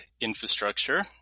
infrastructure